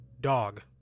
Dog